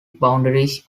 boundaries